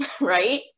right